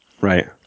Right